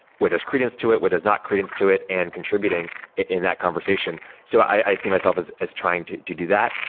where there's credence to it, where there's not credence to it and contributing in that conversation. so i see myself as as trying to to do that.